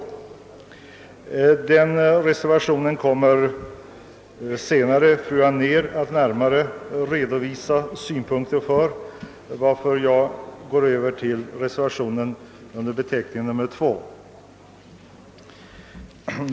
Synpunkter på den reservationen kommer fru Anér att senare redovisa, varför jag går över till reservationen 2.